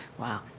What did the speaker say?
wow.